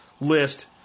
list